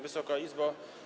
Wysoka Izbo!